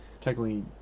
Technically